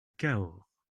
cahors